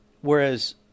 Whereas